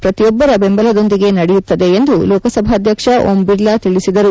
ಪ್ರತಿಯೊಬ್ಬರ ಬೆಂಬಲದೊಂದಿಗೆ ನಡೆಯುತ್ತದೆ ಎಂದು ಲೋಕಸಭಾಧ್ಯಕ್ಷ ಓಂ ಬಿರ್ಲಾ ತಿಳಿಸಿದರು